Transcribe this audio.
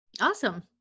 awesome